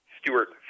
Stewart